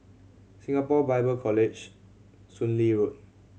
Singapore Bible College Soon Lee Road